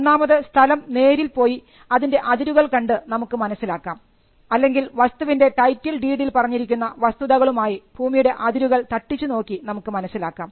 ഒന്നാമത് സ്ഥലം നേരിൽ പോയി അതിൻറെ അതിരുകൾ കണ്ടു നമുക്ക് മനസ്സിലാക്കാം അല്ലെങ്കിൽ വസ്തുവിൻറെ ടൈറ്റിൽ ഡീഡിൽ പറഞ്ഞിരിക്കുന്ന വസ്തുതകളുമായി ഭൂമിയുടെ അതിരുകൾ തട്ടിച്ചു നോക്കി നമുക്ക് മനസ്സിലാക്കാം